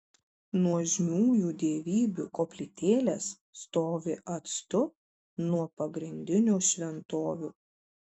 nuožmiųjų dievybių koplytėlės stovi atstu nuo pagrindinių šventovių